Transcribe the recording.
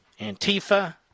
Antifa